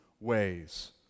ways